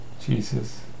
Jesus